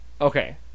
Okay